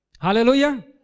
Hallelujah